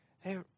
Hey